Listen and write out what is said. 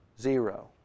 Zero